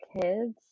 kids